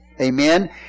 Amen